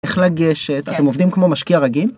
איך לגשת אתם עובדים כמו משקיע רגיל.